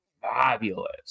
fabulous